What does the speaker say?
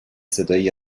صدایی